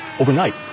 overnight